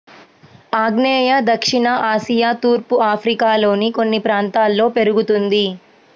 ఆగ్నేయ దక్షిణ ఆసియా తూర్పు ఆఫ్రికాలోని కొన్ని ప్రాంతాల్లో పెరుగుతుంది